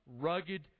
rugged